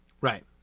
Right